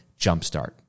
jumpstart